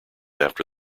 after